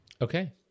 Okay